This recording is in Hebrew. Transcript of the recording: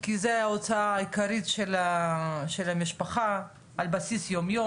כי זו ההוצאה העיקרית של משפחה על בסיס יום יומי,